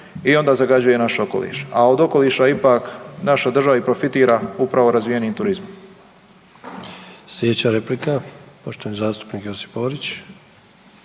i onda zagađuje naš okoliš, a od okoliša ipak naša država i profitira upravo razvijenim turizmom.